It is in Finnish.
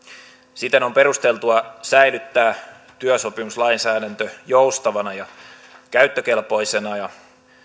siten on perusteltua säilyttää työsopimuslainsäädäntö joustavana ja käyttökelpoisena ja